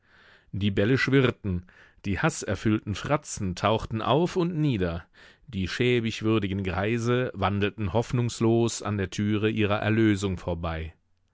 die bälle schwirrten die haßerfüllten fratzen tauchten auf und nieder die schäbig würdigen greise wandelten hoffnungslos an der türe ihrer erlösung vorbei